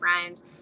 friends